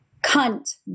cunt